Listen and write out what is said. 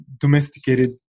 domesticated